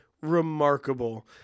remarkable